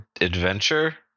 Adventure